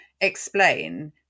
explain